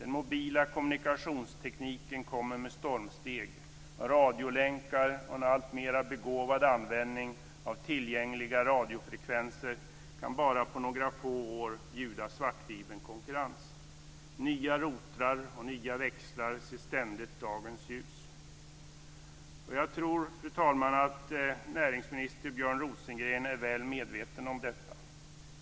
Den mobila kommunikationstekniken kommer med stormsteg. Radiolänkar och en alltmer begåvad användning av tillgängliga radiofrekvenser kan på bara några få år bjuda svartfibern konkurrens. Nya routrar och växlar ser ständigt dagens ljus. Jag tror, fru talman, att näringsminister Björn Rosengren är väl medveten om detta.